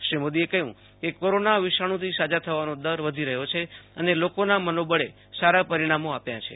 શ્રી મોદીએ કહ્યું કે કોરોના વિષાણુથી સાજા થવાનો દર વધી રહ્યો છે અને લોકોના મનોબળે સારા પરિણામો આપ્યા છે